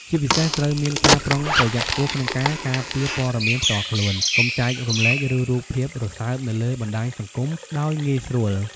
ជាពិសេសត្រូវមានការប្រុងប្រយ័ត្នខ្ពស់ក្នុងការ ការពារព័ត៌មានផ្ទាល់ខ្លួន កុំចែករំលែក ឬរូបភាពរសើបនៅលើបណ្តាញសង្គមដោយងាយស្រួល។